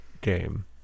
game